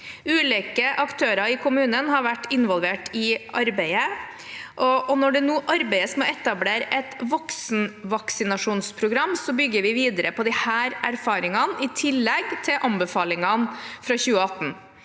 Ulike aktører i kommunene har vært involvert i arbeidet. Når det nå arbeides med å etablere et voksenvaksinasjonsprogram, bygger vi videre på disse erfaringene, i tillegg til anbefalingene fra 2018.